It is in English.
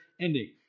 ending